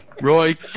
Roy